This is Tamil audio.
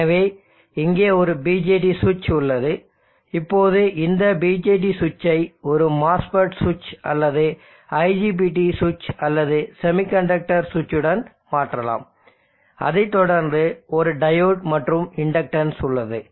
எனவே இங்கு ஒரு BJT சுவிட்ச் உள்ளது இப்போது இந்த BJT சுவிட்சை ஒரு MOSFET சுவிட்ச் அல்லது IGBT சுவிட்ச் அல்லது செமிகண்டக்டர் சுவிட்சுடன் மாற்றலாம் அதைத் தொடர்ந்து ஒரு டையோடு மற்றும் இண்டக்டன்ஸ் உள்ளது